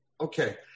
Okay